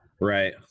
Right